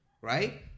Right